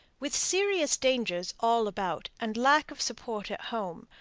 with serious dangers all about, and lack of support at home,